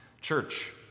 church